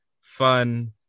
fun